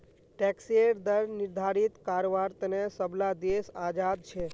टैक्सेर दर निर्धारित कारवार तने सब ला देश आज़ाद छे